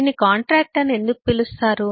దీన్ని కాంట్రాక్టు అని ఎందుకు పిలుస్తారు